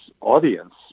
audience